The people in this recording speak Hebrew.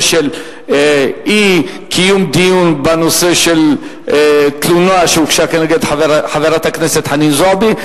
של אי-קיום דיון בנושא של תלונה שהוגשה כנגד חברת הכנסת חנין זועבי.